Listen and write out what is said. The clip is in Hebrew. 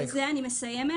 בזה אני מסיימת.